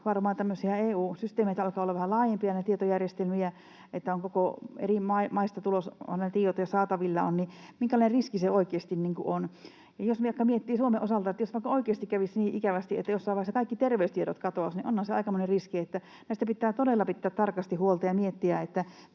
tämmöisiä EU-systeemeitä, alkavat olla vähän laajempia ne tietojärjestelmät ja on eri maista tiedot saatavilla, niin minkälainen riski se oikeasti on? Ja jos vaikka miettii Suomen osalta, että jos vaikka oikeasti kävisi niin ikävästi, että jossain vaiheessa kaikki terveystiedot katoaisivat, niin onhan se aikamoinen riski. Näistä pitää todella pitää tarkasti huolta ja miettiä,